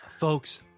folks